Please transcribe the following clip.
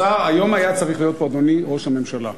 היום היה צריך להיות פה, אדוני, ראש הממשלה.